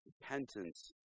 Repentance